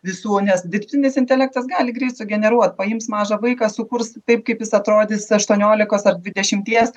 visų nes dirbtinis intelektas gali greitai sugeneruot paims mažą vaiką sukurs taip kaip jis atrodys aštuoniolikos ar dvidešimties